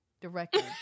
directly